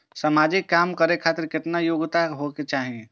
समाजिक काम करें खातिर केतना योग्यता होके चाही?